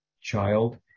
child